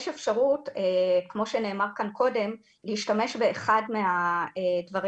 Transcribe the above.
יש אפשרות כמו שנאמר כאן קודם להשתמש באחד מהדברים